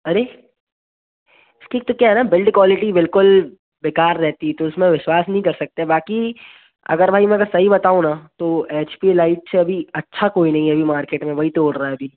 अरे इसकी तो क्या है ना बिल्ड क्वालिटी बिल्कुल बेकार रहती है तो उसमें विश्वास नहीं कर सकते बाक़ी अगर भाई मैं अगर सही बताऊँ ना तो एच पी लाइट से अभी अच्छा कोई नहीं है अभी मार्केट में वही दौड़ रहा अभी